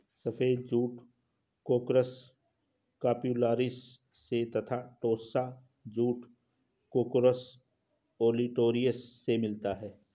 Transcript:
सफ़ेद जूट कोर्कोरस कप्स्युलारिस से तथा टोस्सा जूट कोर्कोरस ओलिटोरियस से मिलता है